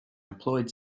employed